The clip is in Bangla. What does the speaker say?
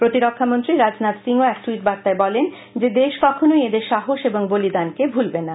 প্রতিরক্ষা মন্ত্রী রাজনাথ সিংও এক টুইট বার্তায় বলেন যে দেশ কখনোই এদের সাহস এবং বলিদানকে ভুলবে না